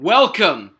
Welcome